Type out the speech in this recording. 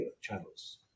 channels